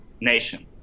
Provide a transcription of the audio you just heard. nation